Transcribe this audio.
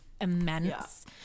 immense